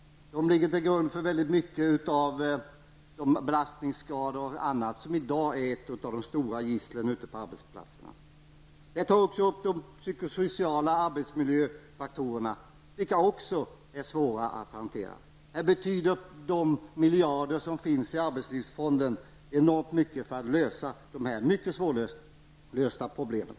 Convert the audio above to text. Bl.a. belastningsskadorna är i dag ett av de svåraste gisslen på arbetsplatserna. Även de psykosociala arbetsmiljöfaktorerna tas upp, vilka också är svåra att hantera. Här betyder de miljarder som finns i arbetslivsfonden enormt mycket för att man skall kunna lösa de här mycket svårlösta problemen.